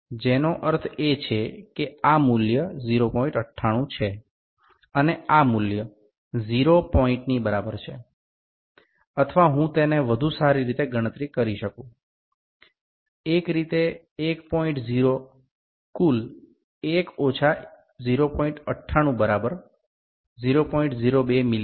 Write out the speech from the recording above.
যার অর্থ এই মানটি ০৯৮ এবং এই মানটি ০ বিন্দুর সমান বা আমি এটি আর একটি উপায়ে আরও ভালভাবে গণনা করতে পারি মোট ১ বিয়োগ ০৯৮ সমান ০০২ মিমি